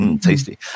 Tasty